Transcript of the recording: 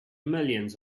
millions